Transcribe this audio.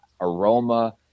aroma